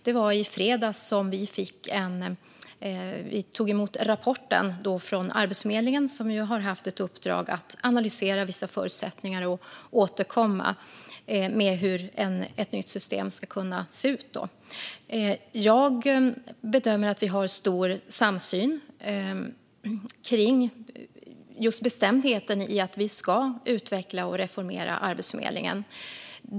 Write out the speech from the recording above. Det var i fredags som vi tog emot rapporten från Arbetsförmedlingen, som har haft ett uppdrag att analysera vissa förutsättningar och återkomma med hur ett nytt system ska kunna se ut. Jag bedömer att vi har stor samsyn kring just bestämdheten i att vi ska utveckla och reformera Arbetsförmedlingen.